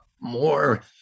more